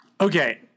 Okay